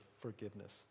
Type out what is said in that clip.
forgiveness